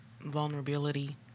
vulnerability